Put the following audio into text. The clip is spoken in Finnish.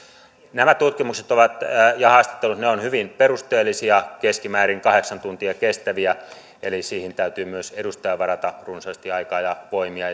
nämä tutkimukset ja haastattelut ovat hyvin perusteellisia keskimäärin kahdeksan tuntia kestäviä eli siihen täytyy myös edustajan varata runsaasti aikaa ja voimia